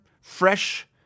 fresh